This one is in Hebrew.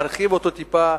להרחיב אותו טיפה,